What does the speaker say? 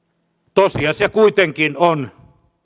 tosiasia kuitenkin on